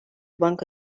banka